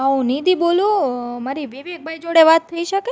હા હું નિધિ બોલું મારી વિવેકભાઈ જોડે વાત થઈ શકે